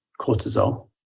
cortisol